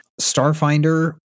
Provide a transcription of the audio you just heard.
Starfinder